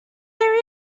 there